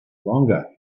longer